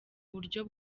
buryo